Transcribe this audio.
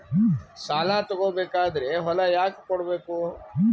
ಸಾಲ ತಗೋ ಬೇಕಾದ್ರೆ ಹೊಲ ಯಾಕ ಕೊಡಬೇಕು?